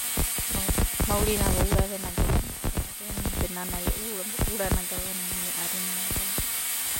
Maurinavouravena ai a'adina be nana ai e'u urana gavanana ai a'adina vavaina.